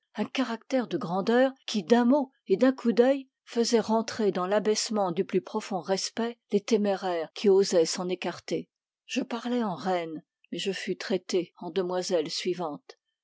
un caractère de grandeur qui d'un mot et d'un coup d'oeil fesait rentrer dans l'abaissement du plus profond respect les téméraires qui osaient s'en écarter je parlai en reine mais je fus traitée en demoiselle suivante